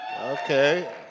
Okay